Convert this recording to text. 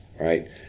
right